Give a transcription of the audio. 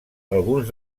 alguns